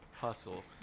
Hustle